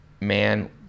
man